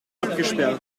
abgesperrt